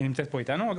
שהיא נמצאת פה איתנו.